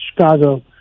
chicago